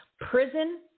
prison